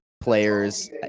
players